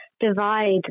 Divide